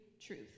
truth